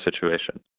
situation